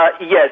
Yes